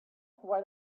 why